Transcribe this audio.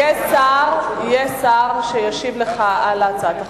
יהיה שר שישיב לך על הצעת החוק.